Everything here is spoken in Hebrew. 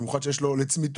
במיוחד שיש לו לצמיתות,